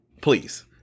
Please